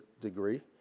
degree